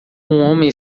homem